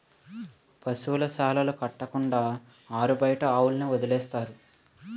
పశువుల శాలలు కట్టకుండా ఆరుబయట ఆవుల్ని వదిలేస్తారు